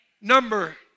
Number